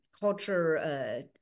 culture